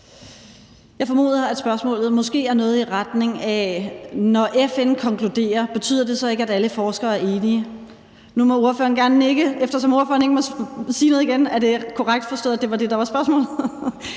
Jeg formoder, at spørgsmålet måske er noget i retning af: Når FN konkluderer noget, betyder det så ikke, at alle forskere er enige? Nu må ordføreren gerne nikke, eftersom ordføreren ikke må sige noget igen. Er det korrekt forstået, at det var det, der var spørgsmålet?